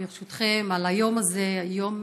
ברשותכם, על היום הזה, היום